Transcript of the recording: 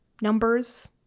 numbers